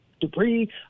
debris